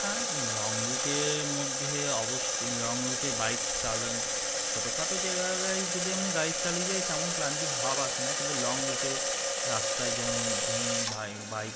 হ্যাঁ লং রুটের মধ্যে অবশ্যই লং রুটে বাইক চালা ছোটোখাটো জায়গাগায় যদি আমনি গাড়ি চালিয়ে যাই তেমন ক্লান্তি হাব আসে না কিন্তু লং রুটে রাস্তায় যেমন ধরুন বাই বাইক